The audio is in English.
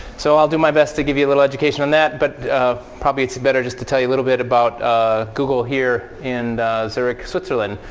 so i'll do my best to give you a little education on that. but probably it's better just to tell you little bit about google here in zurich, switzerland.